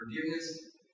Forgiveness